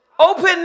Open